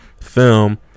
Film